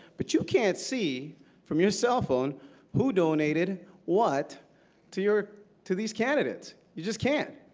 but you can't see from your cell phone who donated what to your to these candidates. you just can't.